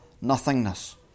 nothingness